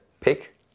pick